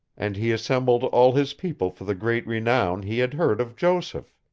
and he assembled all his people for the great renown he had heard of joseph